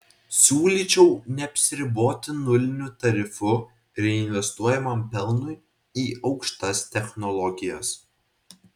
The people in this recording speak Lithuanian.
siūlyčiau neapsiriboti nuliniu tarifu reinvestuojamam pelnui į aukštas technologijas